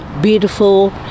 beautiful